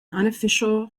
unofficial